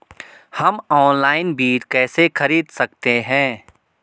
हम ऑनलाइन बीज कैसे खरीद सकते हैं?